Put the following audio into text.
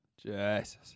Jesus